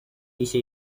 一些